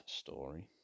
story